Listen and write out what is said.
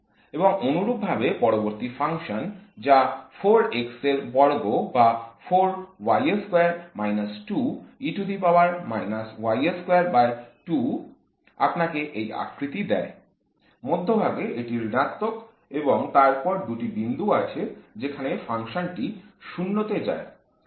এবং অনুরূপভাবে পরবর্তী ফাংশন যা 4x এর বর্গ বা আপনাকে এই আকৃতি দেয় মধ্যভাগে এটি ঋণাত্মক এবং তার পরে দুটি বিন্দু আছে যেখানে ফাংশনটি 0 তে যায়